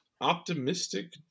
optimistic